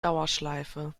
dauerschleife